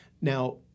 Now